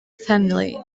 family